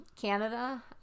Canada